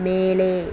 மேலே